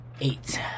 Eight